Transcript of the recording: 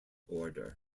order